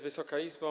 Wysoka Izbo!